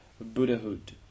Buddhahood